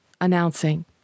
announcing